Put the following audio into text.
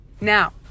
now